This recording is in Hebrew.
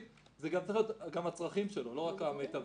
זה גם צריך להיות הצרכים שלו, לא רק המיטבי.